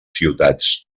ciutats